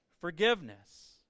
forgiveness